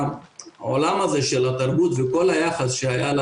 העולם הזה של התרבות וכל היחס שהיה גם